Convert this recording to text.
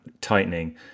tightening